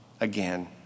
again